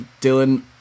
Dylan